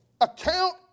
account